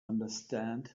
understand